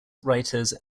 writers